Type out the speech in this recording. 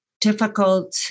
difficult